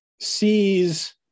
sees